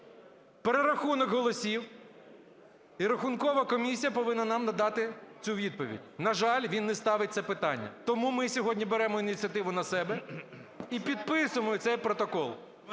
перерахунок голосів, і рахункова комісія повинна нам надати цю відповідь. На жаль, він не ставить це питання. Тому ми сьогодні беремо ініціативу на себе і підписуємо цей протокол.